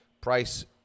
price